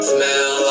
Smell